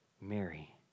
Mary